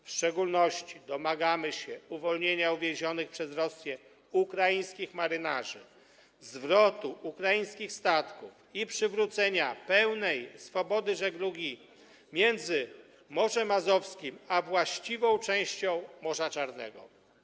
W szczególności domagamy się uwolnienia uwięzionych przez Rosję ukraińskich marynarzy, zwrotu ukraińskich statków i przywrócenia pełnej swobody żeglugi między Morzem Azowskim a właściwą częścią Morza Czarnego.